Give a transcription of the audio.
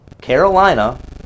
Carolina